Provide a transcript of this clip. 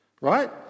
right